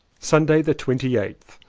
sunday the twenty eighth.